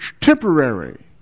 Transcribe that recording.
temporary